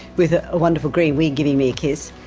with a wonderful green wig giving me a kiss.